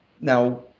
Now